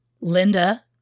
Linda